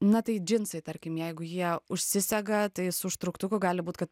na tai džinsai tarkim jeigu jie užsisega tai su užtrauktuku gali būt kad